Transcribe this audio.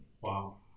wow